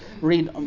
read